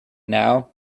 now